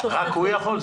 רק הוא יכול?